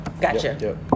Gotcha